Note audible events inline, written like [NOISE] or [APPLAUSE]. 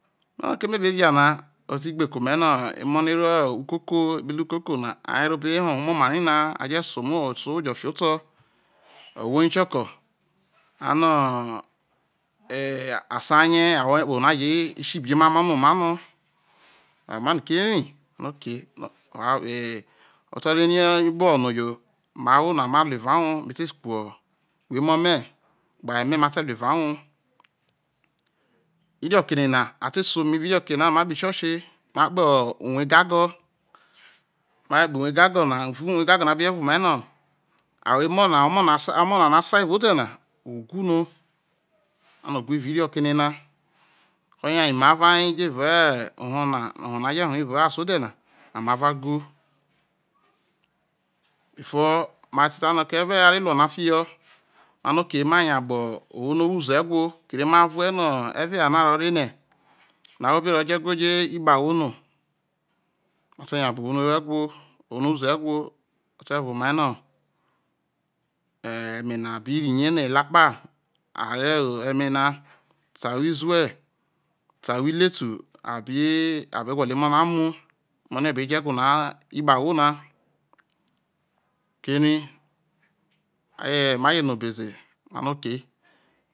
Me no keme bevia na otigbe ke ome no erro ukoko ekpehre ukoko a rro oba hoo omomara na aje sa sa ohwo jo fiho oto ohwo no o kioko ano ey a su rie a worie kpoho obo no a je ebiema no oma ano me noko ere oke me wha be ote ro ere okpoho no yo ho ma ahwo na maruu vao uwor mete kru emo me gbe aye me mate ruo evao uwor inoke nana a tese ome evao mokenana no makpoho ichoche uwor egago ma je kpoho uwor egago na evao uwor egagona a be je uve oma no awo emo na omo no a sa omo na no su evao odena o whu no ano owhu evao irioke nana oye ho amavaye jo evaa oho na evao aso ode na amava whu [HESITATION] before ma te ta no keue ma re ro ohwo no owo veoo ewho kere ma vuer no eve eware narro roine no ahwo be rrojo ewho bije kpe ahwo no ma te ngabno hwono owo ewho ohwo no̠ owuzo ehwo ote vue omaino eme na birri rie no elakpa awo emena te ahwo onue te ahwo letu a bi abe gwolo emo na mu emo no a beje ewho na npe ahwo na ko ere aje mje no obe zeno me no okay